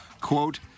Quote